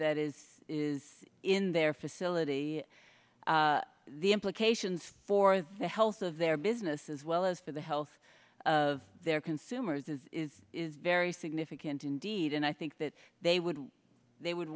that is is in their facility the implications for the health of their business as well as for the health of their consumers is is is very significant indeed and i think that they would they would